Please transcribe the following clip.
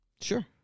Sure